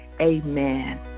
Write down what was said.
amen